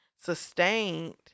sustained